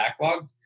backlogged